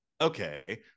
Okay